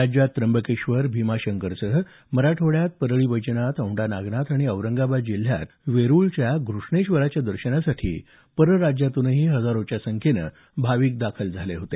राज्यात त्र्यंबकेश्वर भीमाशंकर सह मराठवाड्यात परळी वैजनाथ औंढा नागनाथ आणि औरंगाबाद जिल्ह्यात वेरुळच्या घृष्णेश्वराच्या दर्शनासाठी परराज्यातूनही हजारोंच्या संख्येनं भाविक दाखल झाले होते